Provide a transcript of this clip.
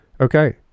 Okay